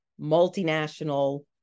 multinational